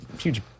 Huge